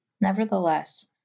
Nevertheless